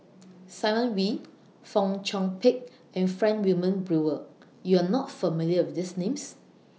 Simon Wee Fong Chong Pik and Frank Wilmin Brewer YOU Are not familiar with These Names